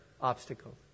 obstacle